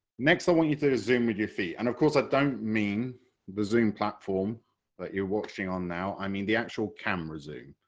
next i want you to zoom with your feet and of course i don't mean the zoom platform that you're watching on now, i mean the actual camera zoom,